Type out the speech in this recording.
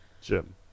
Jim